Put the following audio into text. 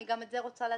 אני גם את זה רוצה לדעת.